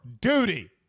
duty